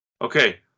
Okay